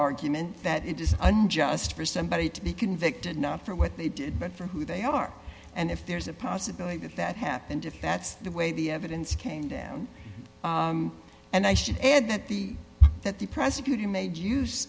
argument that it is unjust for somebody to be convicted not for what they do but for who they are and if there's a possibility that that happened if that's the way the evidence came down and i should add that the that the prosecutor made use